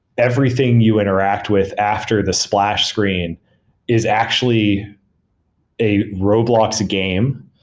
everything you interact with after the splash screen is actually a roblox game,